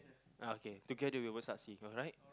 uh okay together we will succeed alright